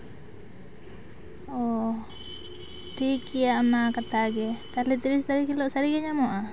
ᱚ ᱴᱷᱤᱠᱜᱮᱭᱟ ᱚᱱᱟ ᱠᱟᱛᱷᱟ ᱜᱮ ᱛᱟᱞᱦᱮ ᱛᱤᱨᱤᱥ ᱛᱟᱨᱤᱠᱷ ᱦᱤᱞᱳᱜ ᱥᱟᱨᱤᱜᱮ ᱧᱟᱢᱚᱜᱼᱟ